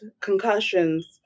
concussions